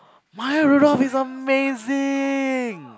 Maya-Rudolph is amazing